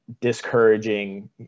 discouraging